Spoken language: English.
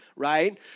right